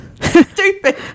Stupid